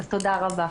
אז תודה רבה.